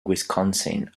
wisconsin